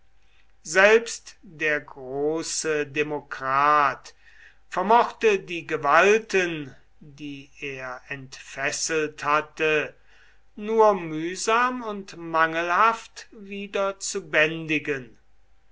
selbst der große demokrat vermochte die gewalten die er entfesselt hatte nur mühsam und mangelhaft wieder zu bändigen